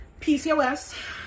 PCOS